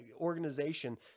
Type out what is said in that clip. organization